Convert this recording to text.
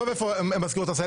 עזוב את מזכירות עשהאל,